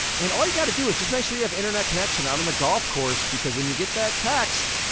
and all you gotta do is just make sure you have internet connection out on the golf course, because when you get that text,